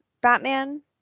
Batman